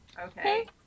Okay